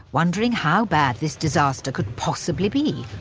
wondering how bad this disaster could possibly be.